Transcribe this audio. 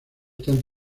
tan